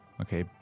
Okay